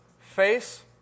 face